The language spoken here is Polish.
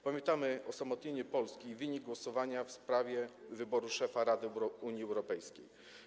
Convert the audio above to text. Pamiętamy osamotnienie Polski i wynik głosowania w sprawie wyboru szefa Rady Unii Europejskiej.